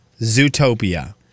zootopia